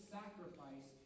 sacrifice